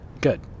good